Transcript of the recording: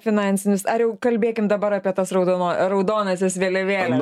finansinius ar jau kalbėkime dabar apie tas raudonas raudonąsias vėliavėles